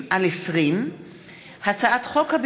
פ/5960/20 וכלה בהצעת חוק פ/5997/20,